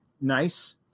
nice